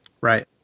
right